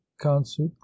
concert